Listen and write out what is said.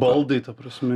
baldai ta prasme